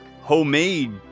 homemade